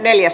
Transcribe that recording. asia